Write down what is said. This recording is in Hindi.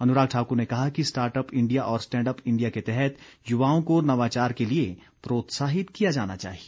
अनुराग ठाकुर ने कहा कि स्टार्टअप इंडिया और स्टैंडअप इंडिया के तहत युवाओं को नवाचार के लिए प्रोत्साहित किया जाना चाहिए